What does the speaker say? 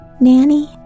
nanny